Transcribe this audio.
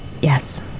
Yes